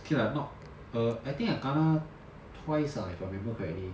K lah not err I think I kena twice ah if I remember correctly